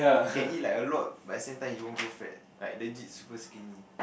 can eat like a lot but at the same time he won't grow fat like legit super skinny